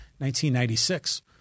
1996